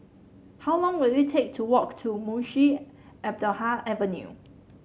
how long will it take to walk to Munshi Abdullah Avenue